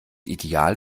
ideal